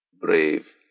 brave